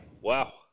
Wow